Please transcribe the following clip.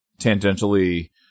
tangentially